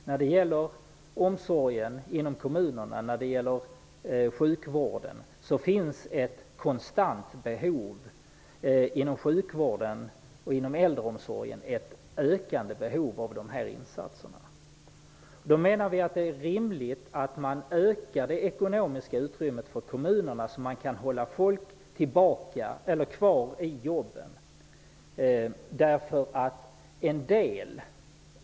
När det gäller äldreomsorgen och sjukvården inom kommunerna finns det ett konstant ökande behov av insatser. Då är det rimligt att öka det ekonomiska utrymmet för kommunerna så att man kan hålla folk kvar i jobben.